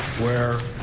where